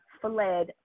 fled